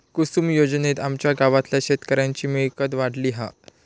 कुसूम योजनेत आमच्या गावातल्या शेतकऱ्यांची मिळकत वाढली हा